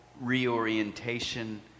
reorientation